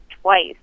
twice